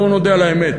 בואו נודה על האמת,